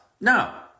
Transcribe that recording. No